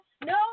No